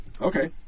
Okay